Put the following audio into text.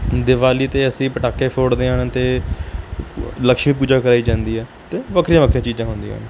ਦਿਵਾਲੀ 'ਤੇ ਅਸੀਂ ਪਟਾਕੇ ਫੋੜਦੇ ਹਨ ਅਤੇ ਲਕਸ਼ਮੀ ਪੂਜਾ ਕਰਵਾਈ ਜਾਂਦੀ ਹੈ ਅਤੇ ਵੱਖਰੀਆ ਵੱਖਰੀਆਂ ਚੀਜ਼ਾਂ ਹੁੰਦੀਆਂ ਹਨ